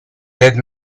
dead